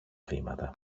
βήματα